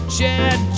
Chad